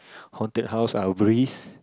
haunted house are a breeze